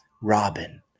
Robin